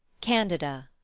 candida.